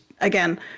again